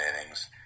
innings